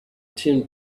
tim